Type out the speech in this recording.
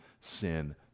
sin